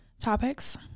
topics